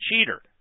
cheater